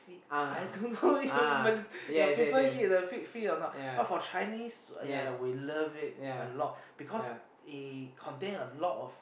pig I don't know you Mal~ your people eat the pig feet or not but for Chinese ya we love it a lot because it contain a lot of